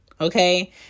Okay